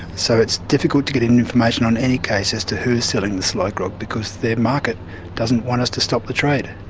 so it's difficult to get any information on any case as to who is selling the sly grog because their market doesn't want us to stop the trade.